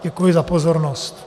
Děkuji za pozornost.